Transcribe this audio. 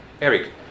Eric